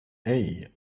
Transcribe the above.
hey